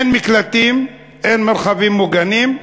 אין מקלטים, אין מרחבים מוגנים,